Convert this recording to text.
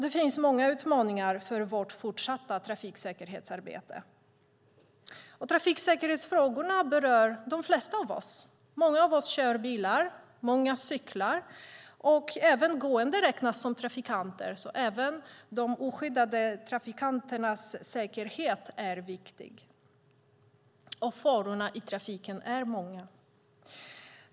Det finns många utmaningar för vårt fortsatta trafiksäkerhetsarbete. Trafiksäkerhetsfrågorna berör de flesta av oss. Många av oss kör bil och många cyklar. Även gående räknas som trafikanter, och även de oskyddade trafikanternas säkerhet är viktig. Farorna i trafiken är många.